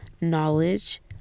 knowledge